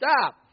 stop